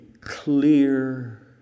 clear